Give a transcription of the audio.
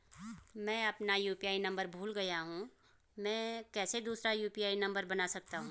मैं अपना UPI number भूल गया हूँ मैं कैसे दूसरा यु.पी.आई नम्बर बना सकता हूँ?